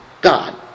God